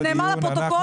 זה נאמר לפרוטוקול.